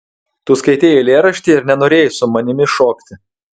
tu skaitei eilėraštį ir nenorėjai su manimi šokti